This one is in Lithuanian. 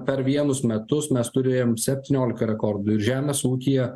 per vienus metus mes turėjom septynioliką rekordų ir žemės ūkyje